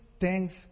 thanks